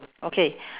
okay